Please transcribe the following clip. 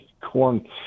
corn